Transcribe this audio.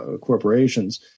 corporations